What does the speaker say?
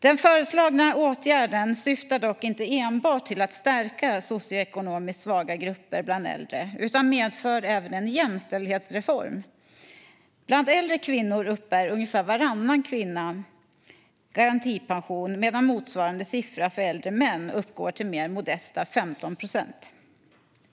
Den föreslagna åtgärden syftar dock inte enbart till att stärka socioekonomiskt svaga grupper bland äldre utan medför även en jämställdhetsreform. Bland äldre kvinnor uppbär ungefär varannan kvinna garantipension, medan motsvarande siffra för äldre män uppgår till mer modesta 15 procent.